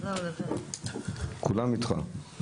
כולם איתך.